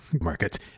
markets